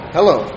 Hello